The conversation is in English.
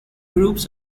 groups